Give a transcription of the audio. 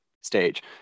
stage